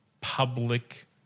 public